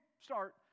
start